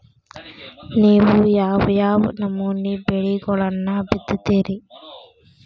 ನೇವು ಯಾವ್ ಯಾವ್ ನಮೂನಿ ಬೆಳಿಗೊಳನ್ನ ಬಿತ್ತತಿರಿ?